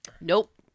Nope